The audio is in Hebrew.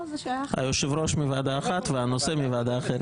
הושב-ראש מוועדה אחת והנושא מוועדה אחרת.